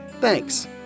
thanks